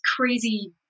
crazy